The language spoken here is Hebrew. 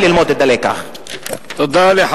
כדאי ללמוד את הלקח.